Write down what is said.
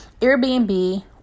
Airbnb